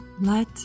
let